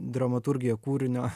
dramaturgiją kūrinio